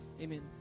Amen